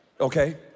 Okay